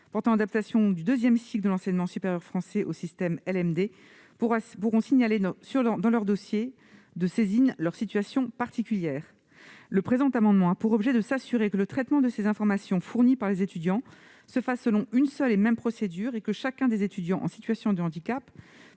portant adaptation du deuxième cycle de l'enseignement supérieur français au système licence-master-doctorat pourront signaler dans leur dossier de saisine leur situation particulière. Cet amendement a pour objet d'assurer que le traitement de ces informations fournies par les étudiants suit une seule et même procédure et que chacun des étudiants en situation de handicap